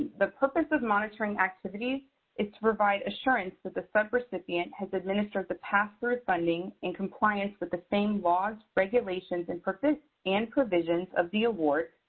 the purpose of monitoring activities is to provide assurance that the subrecipient has administered the password funding in compliance with the same laws, regulations, and purpose and provisions of the award,